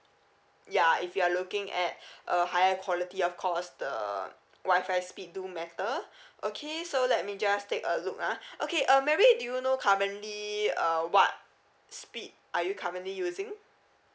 ya if you are looking at a higher quality of course the wifi speed do matter okay so let me just take a look ah okay um mary do you know currently uh what speed are you currently using